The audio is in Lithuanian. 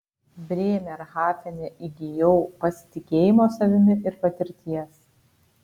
brėmerhafene įgijau pasitikėjimo savimi ir patirties